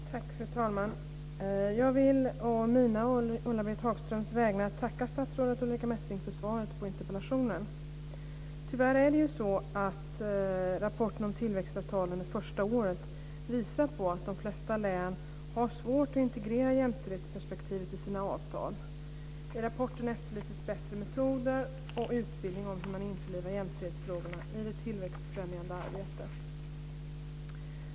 Fru talman! Jag vill å mina och Ulla-Britt Hagströms vägnar tacka statsrådet Ulrica Messing för svaret på interpellationen. Tyvärr visar rapporten om tillväxtavtalen det första året på att de flesta län har svårt att integrera jämställdhetsperspektivet i sina avtal. I rapporten efterlyses bättre metoder och utbildning om hur man införlivar jämställdhetsfrågorna i det tillväxtfrämjande arbetet.